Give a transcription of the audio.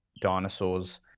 dinosaurs